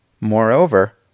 Moreover